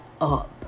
up